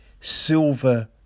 Silver